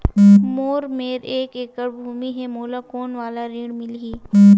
मोर मेर एक एकड़ भुमि हे मोला कोन वाला ऋण मिलही?